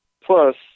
Plus